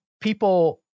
people